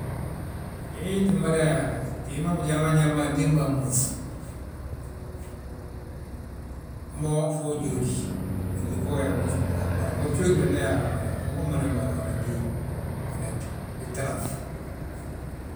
Wii ttin mada yaale, bima bijaa ma nyaa be antimbaa mmúf. Mo wo jóodi, blúŧi fo uyaa wi ma súmti Haala, bon bari bjóodi be, be halaa mmada, umada ɓala unan gí, onet gii talanŧ.